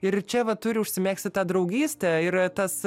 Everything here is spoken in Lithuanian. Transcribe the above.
ir čia va turi užsimegzti ta draugystė ir tas